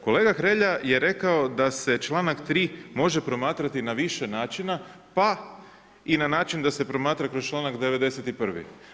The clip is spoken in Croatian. Kolega Hrelja je rekao da se članak 3. može promatrati na više načina pa i na način da se promatra i kroz članak 91.